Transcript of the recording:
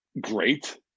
Great